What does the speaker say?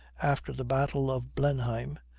after the battle of blenheim,